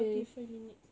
forty five minutes